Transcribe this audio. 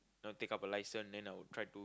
take up a license then I will try to